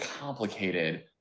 complicated